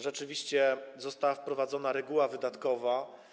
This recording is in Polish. Rzeczywiście została wprowadzona reguła wydatkowa.